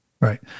Right